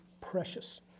precious